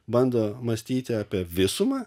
bando mąstyti apie visumą